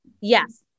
Yes